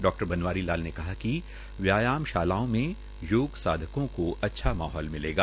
डा बनवारी लाल ने कहा कि व्यायामशालाओं में योग साधकों को अच्छा माहौल मिलेगा